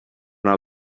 not